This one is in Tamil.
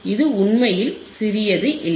இது உண்மையில் சிறியது இல்லை